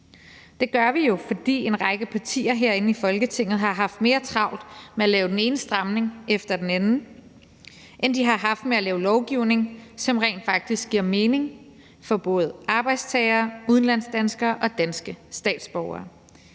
Det gør vi jo, fordi en række partier herinde i Folketinget har haft mere travlt med at lave den ene stramning efter den anden, end de har haft med at lave lovgivning, som rent faktisk giver mening for både arbejdstagere, udlandsdanskere og danske statsborgere.